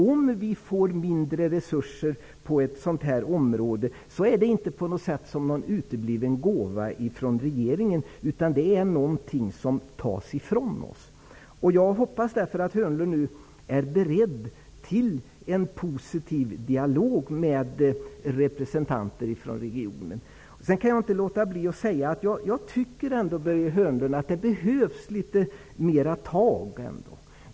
Om vi får mindre resurser på ett sådant område, är det inte att se som en utebliven gåva från regeringen utan som att något tas ifrån oss. Jag hoppas därför att Börje Hörnlund nu är beredd till en positiv dialog med representanter för regionen. Jag kan inte heller låta bli att säga till Börje Hörnlund att jag tycker att det behövs litet bättre tag.